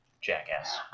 jackass